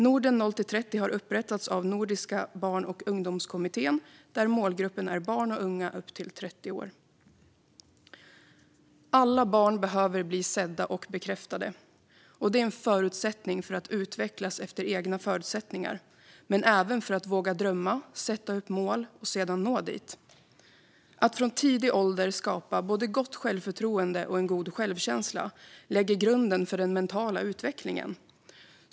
Norden 0-30 har upprättats av Nordiska barn och ungdomskommittén, där målgruppen är barn och unga upp till 30 år. Alla barn behöver bli sedda och bekräftade. Det är en förutsättning för att utvecklas efter egna förutsättningar men även för att våga drömma, sätta upp mål och sedan nå dit. Att från tidig ålder skapa både gott självförtroende och en god självkänsla lägger grunden för den mentala utvecklingen.